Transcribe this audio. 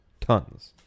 Tons